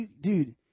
Dude